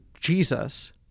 Jesus